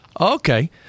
Okay